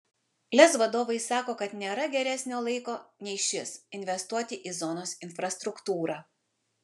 lez vadovai sako kad nėra geresnio laiko nei šis investuoti į zonos infrastruktūrą